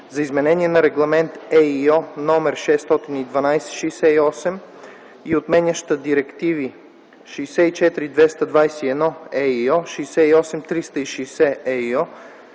за изменение на Регламент (ЕИО) № 1612/68 и отменяща Директиви 64/221/ЕИО, 68/360/ЕИО,